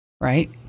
Right